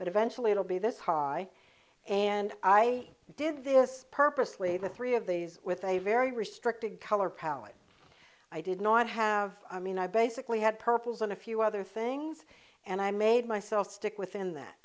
but eventually it'll be this high and i did this purposely the three of these with a very restricted color palette i did not have i mean i basically had purples and a few other things and i made myself stick within that